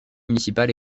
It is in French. municipal